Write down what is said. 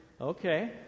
Okay